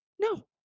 No